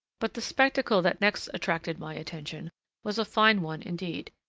but the spectacle that next attracted my attention was a fine one indeed,